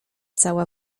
cała